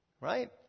right